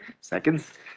seconds